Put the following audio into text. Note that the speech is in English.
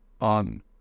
on